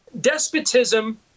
despotism